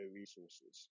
resources